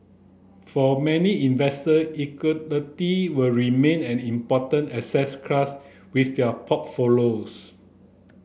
for many investor will remain an important asset class with their portfolios